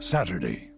Saturday